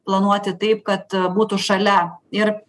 planuoti taip kad būtų šalia ir